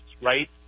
Right